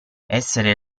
essere